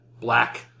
black